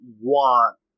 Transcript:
want